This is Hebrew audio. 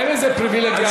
אין איזה פריבילגיה,